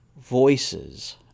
voices